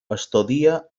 estudia